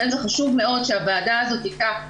זה חשוב שהוועדה הזאת תיקח,